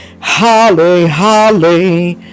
Hallelujah